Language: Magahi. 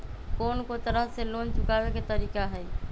कोन को तरह से लोन चुकावे के तरीका हई?